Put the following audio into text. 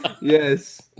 yes